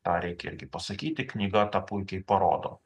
tą reikia irgi pasakyti knyga tą puikiai parodo